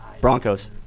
Broncos